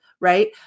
right